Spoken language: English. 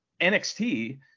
NXT